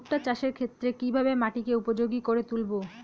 ভুট্টা চাষের ক্ষেত্রে কিভাবে মাটিকে উপযোগী করে তুলবো?